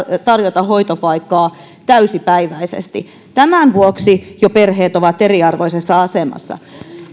tarjota hoitopaikkaa täysipäiväisesti jo tämän vuoksi perheet ovat eriarvoisessa asemassa